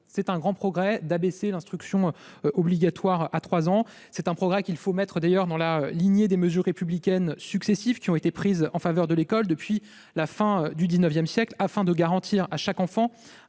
c'est un grand progrès d'abaisser l'instruction obligatoire à l'âge de 3 ans, un progrès qui s'inscrit dans la lignée des mesures républicaines successives prises en faveur de l'école depuis la fin du XIX siècle, afin de garantir à chaque enfant